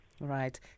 Right